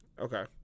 okay